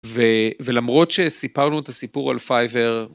ולמרות שסיפרנו את הסיפור על פייבר.